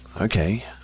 Okay